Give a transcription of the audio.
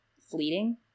Fleeting